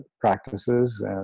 practices